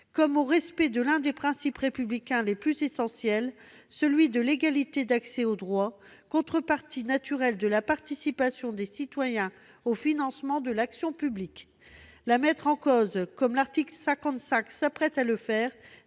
comme au respect de l'un des principes républicains les plus essentiels : l'égalité d'accès aux droits, contrepartie naturelle de la participation des citoyens au financement de l'action publique. Mettre en cause la carte judiciaire,